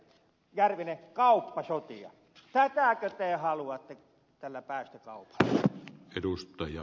järvinen kauppasotia tätäkö te haluatte tällä päästökaupalla